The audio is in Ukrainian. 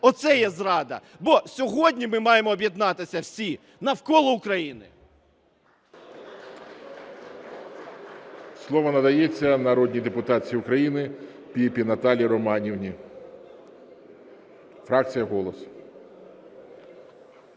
оце є зрада. Бо сьогодні ми маємо об'єднатися всі навколо України. ГОЛОВУЮЧИЙ. Слово надається народній депутатці України Піпі Наталії Романівні, фракція "Голос".